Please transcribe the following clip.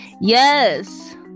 Yes